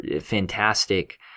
fantastic